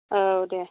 औ दे